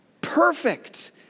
Perfect